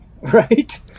right